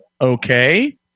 Okay